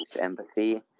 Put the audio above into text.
empathy